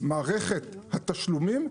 מערכת התשלומים,